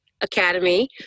Academy